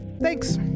thanks